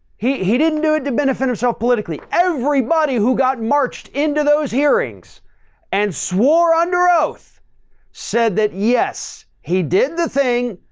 he he didn't do it to benefit herself politically. everybody who got marched into those hearings and swore under oath said that, yes, he did the thing.